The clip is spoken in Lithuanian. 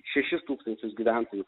šešis tūkstančius gyventojų